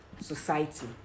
society